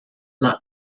not